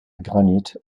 granite